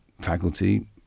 faculty